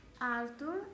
Arthur